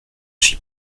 suis